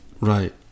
Right